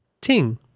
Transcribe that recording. Ting